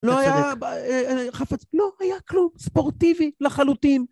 לא היה אה.. אה.. חפץ. לא היה כלום ספורטיבי לחלוטין